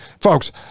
Folks